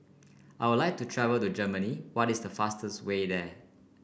I would like to travel to Germany what is the fastest way there